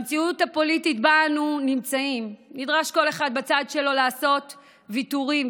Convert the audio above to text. במציאות הפוליטית שבה אנו נמצאים נדרש כל אחד בצד שלו לעשות ויתורים,